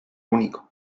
único